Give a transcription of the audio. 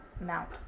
Mount